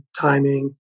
timing